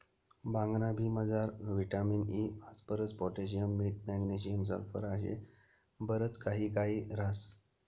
भांगना बी मजार विटामिन इ, फास्फरस, पोटॅशियम, मीठ, मॅग्नेशियम, सल्फर आशे बरच काही काही ह्रास